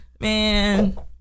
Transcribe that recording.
man